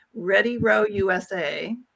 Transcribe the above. ReadyRowUSA